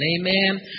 Amen